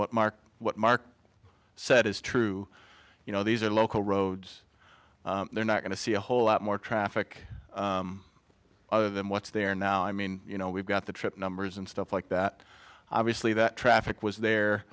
what mark what mark said is true you know these are local roads they're not going to see a whole lot more traffic other than what's there now i mean you know we've got the trip numbers and stuff like that obviously that traffic was there